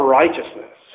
righteousness